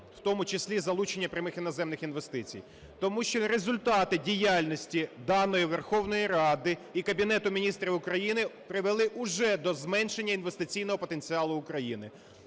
в тому числі залучення прямих іноземних інвестицій. Тому що результати діяльності даної Верховної Ради і Кабінету Міністрів України привели вже до зменшення інвестиційного потенціалу України.